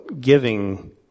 giving